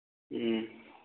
ꯎꯝ